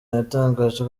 yatangaje